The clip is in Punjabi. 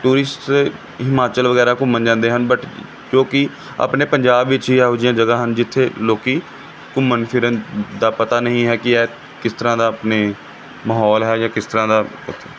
ਟੂਰਿਸਟ ਹਿਮਾਚਲ ਵਗੈਰਾ ਘੁੰਮਣ ਜਾਂਦੇ ਹਨ ਬਟ ਜੋ ਕਿ ਆਪਣੇ ਪੰਜਾਬ ਵਿੱਚ ਹੀ ਇਹੋ ਜਿਹੀਆਂ ਜਗ੍ਹਾ ਹਨ ਜਿੱਥੇ ਲੋਕ ਘੁੰਮਣ ਫਿਰਨ ਦਾ ਪਤਾ ਨਹੀਂ ਹੈ ਕਿ ਇਹ ਕਿਸ ਤਰ੍ਹਾਂ ਦਾ ਆਪਣੇ ਮਾਹੌਲ ਹੈ ਜਾਂ ਕਿਸ ਤਰ੍ਹਾਂ ਦਾ